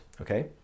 Okay